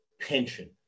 pension